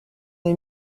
est